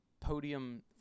podium